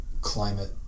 climate